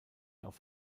auf